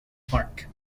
park